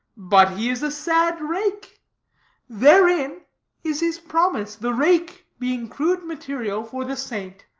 but he is a sad rake therein is his promise the rake being crude material for the saint